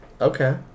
Okay